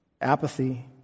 Apathy